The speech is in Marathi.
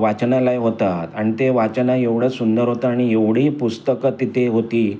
वाचनालय होता आणि ते वाचणं एवढं सुंदर होतं आणि एवढी पुस्तकं तिथे होती